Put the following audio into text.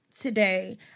today